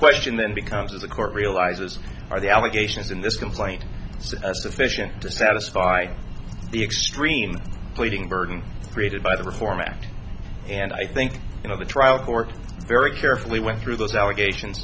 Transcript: question then becomes as a court realizes are the allegations in this complaint sufficient to satisfy the extreme pleading burden created by the reform act and i think you know the trial court very carefully went through those allegations